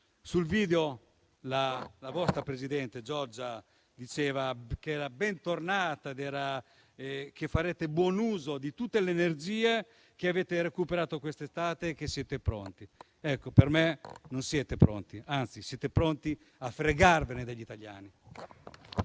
in video la vostra presidente Giorgia Meloni diceva che era ben tornata e che farete buon uso di tutte le energie che avete recuperato quest'estate, che siete pronti. Ecco, per me non siete pronti. Anzi, siete pronti a fregarvene degli italiani.